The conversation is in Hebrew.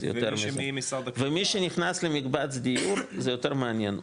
יותר מזה ומי שנכנס למקבץ דיור זה יותר מעניין,